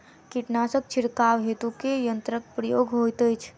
कीटनासक छिड़काव हेतु केँ यंत्रक प्रयोग होइत अछि?